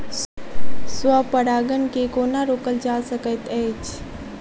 स्व परागण केँ कोना रोकल जा सकैत अछि?